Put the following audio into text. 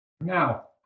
Now